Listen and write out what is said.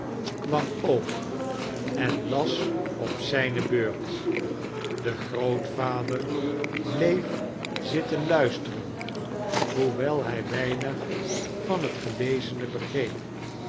kwam ook en las op zijne beurt he grootvader bleef zitten luisteren hoewel hij wemig van het gelezene begfeep